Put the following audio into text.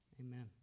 Amen